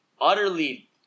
utterly